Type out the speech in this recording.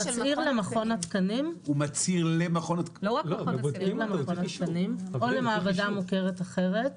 הוא מצהיר למכון התקנים או למעבדה מוכרת אחרת,